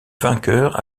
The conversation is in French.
vainqueur